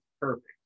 perfect